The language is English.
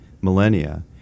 millennia